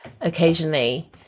occasionally